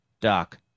Doc